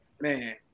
man